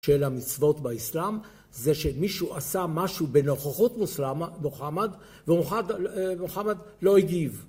של המצוות באסלאם זה שמישהו עשה משהו בנוכחות מוחמד, ומוחמד לא הגיב.